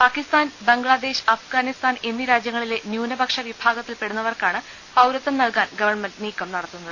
Pakistan Bangladesh Afghanistan എന്നീ രാജ്യങ്ങളിലെ ന്യൂന്പക്ഷ വിഭാഗ ത്തിൽ പെടുന്നവർക്കാണ് പൌരത്വം നൽകാൻ ്ഗവ് നീക്കം നട ത്തുന്നത്